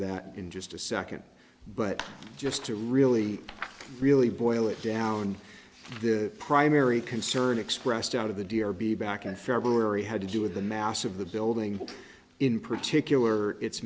that in just a second but just to really really boil it down the primary concern expressed out of the deer be back in february had to do with the mass of the building in particular it